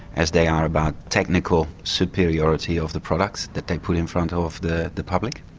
as they are about technical superiority of the products that they put in front of the the public.